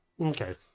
Okay